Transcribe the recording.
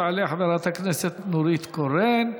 תעלה חברת הכנסת נורית קורן,